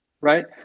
right